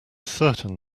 certain